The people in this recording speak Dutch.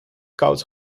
koud